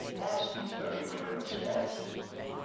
passed these very rigorous tests.